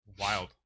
wild